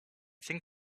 think